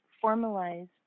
formalized